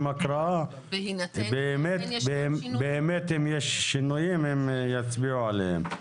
את ההקראה באמת אם יש שינויים הם יצביעו עליהם.